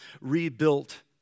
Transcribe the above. rebuilt